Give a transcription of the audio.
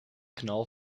knal